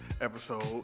episode